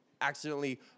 accidentally